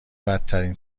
بدترین